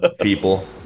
people